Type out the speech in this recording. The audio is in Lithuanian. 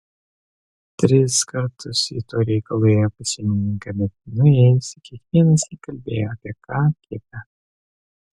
tris kartus ji tuo reikalu ėjo pas šeimininką bet nuėjusi kiekvienąsyk kalbėjo apie ką kita